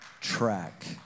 track